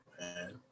man